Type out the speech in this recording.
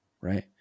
right